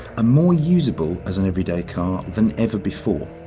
more usable as an everyday car than ever before.